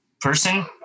person